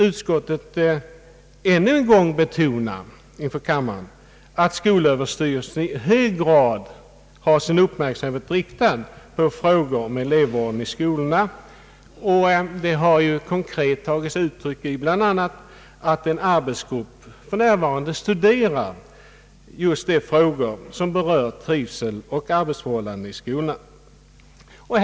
Utskottet vill ännu en gång betona inför kammaren att skolöverstyrelsen i hög grad har sin uppmärksamhet riktad på frågan om elevvården i skolorna. Detta har konkret tagit sig uttryck i bl.a. att en arbetsgrupp för närvarande studerar just de frågor som berör trivseln och arbetsförhållandena i skolorna.